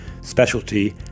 specialty